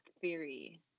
Theory